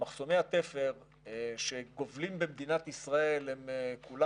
שמחסומי התפר שגובלים במדינת ישראל כולם